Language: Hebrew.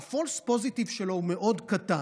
ה-false positive שלו הוא מאוד קטן.